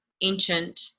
ancient